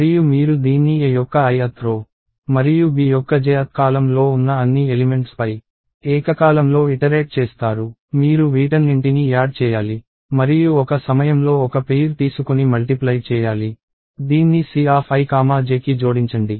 మరియు మీరు దీన్ని A యొక్క ith రో మరియు B యొక్క jth కాలమ్ లో ఉన్న అన్ని ఎలిమెంట్స్ పై ఏకకాలంలో ఇటరేట్ చేస్తారు మీరు వీటన్నింటిని యాడ్ చేయాలి మరియు ఒక సమయంలో ఒక పెయిర్ తీసుకొని మల్టిప్లై చేయాలి దీన్ని Cij కి జోడించండి